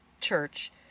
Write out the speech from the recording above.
church